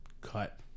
cut